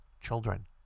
children